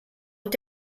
und